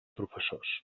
professors